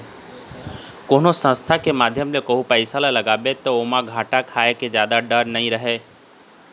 कोनो संस्था के माध्यम ले कहूँ पइसा ल लगाबे ता ओमा घाटा खाय के जादा डर नइ रहय